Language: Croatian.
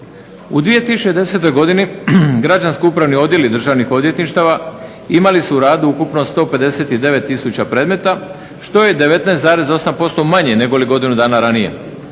U 2010. godini građansko-upravni odjeli državnih odvjetništava imali su u radu ukupno 159000 predmeta što je 19,8% manje nego li godinu dana ranije.